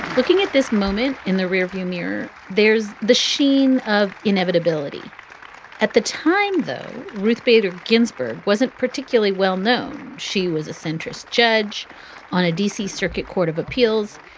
looking at this moment in the rearview mirror there's the sheen of inevitability at the time, though. ruth bader ginsburg wasn't particularly well known she was a centrist judge on a d c. circuit court of appeals.